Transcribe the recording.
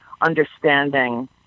understanding